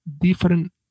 different